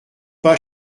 pas